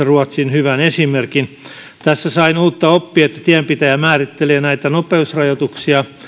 ruotsin hyvän esimerkin näissä tiemerkinnöissä tässä sain uutta oppia sen että tienpitäjä määrittelee näitä nopeusrajoituksia